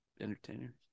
entertainer